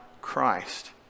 Christ